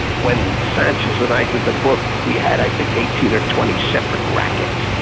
when sanchez and i did the book, we had i think eighteen or twenty separate rackets.